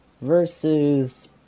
versus